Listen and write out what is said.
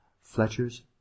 fletchers